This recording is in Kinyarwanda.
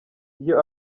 iyo